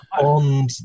on